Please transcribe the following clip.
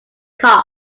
cost